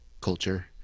culture